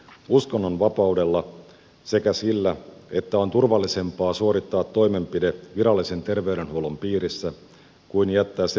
uskonnonvapaudella sekä sillä että on turvallisempaa suorittaa toimenpide virallisen terveydenhuollon piirissä kuin jättää se puoskarien käsiin